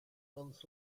months